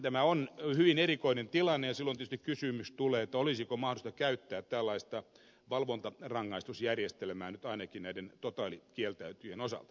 tämä on hyvin erikoinen tilanne ja silloin tietysti kysymys tulee että olisiko mahdollista käyttää tällaista valvontarangaistusjärjestelmää nyt ainakin näiden totaalikieltäytyjien osalta